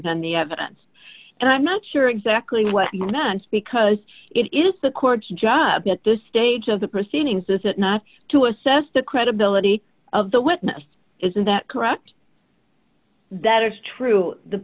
than the evidence and i'm not sure exactly what he meant because it is the court's job at this stage of the proceedings is it not to assess the credibility of the witness isn't that correct that is true the